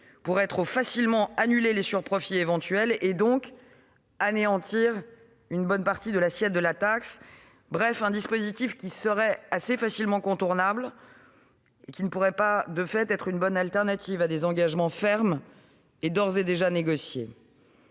pourraient trop facilement annuler les sur-profits éventuels, et donc anéantir une bonne partie de l'assiette de la taxe. Bref, ce dispositif serait assez facilement contournable ; il ne saurait donc être un bon substitut à des engagements fermes et d'ores et déjà négociés.